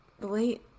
late